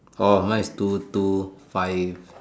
orh mine is two two five